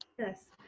yes,